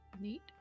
neat